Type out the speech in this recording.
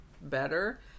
better